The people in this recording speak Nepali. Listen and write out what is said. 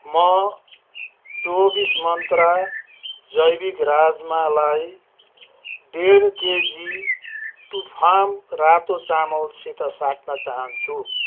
म चौबिस मन्त्रा जैविक राजमालाई डेढ केजी टुफाम रातो चामलसित साट्न चाहान्छु